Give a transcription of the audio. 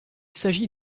s’agit